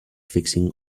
fixing